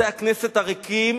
בתי-הכנסת הריקים